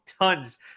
tons